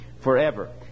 forever